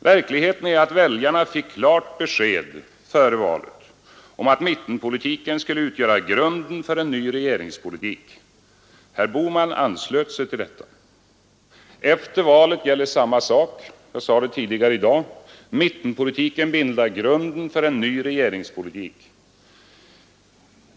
Verkligheten är den att väljarna före valet fick klart besked om att mittenpolitiken skulle utgöra grunden för en ny regeringspolitik. Herr Bohman anslöt sig till detta. Efter valet gäller samma sak — jag sade det tidigare i dag — att mittenpolitiken bildar grunden för en ny regeringspolitik.